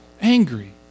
angry